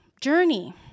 journey